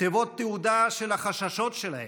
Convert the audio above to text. תיבות תהודה של החששות שלהם,